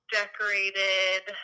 decorated